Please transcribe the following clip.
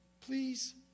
please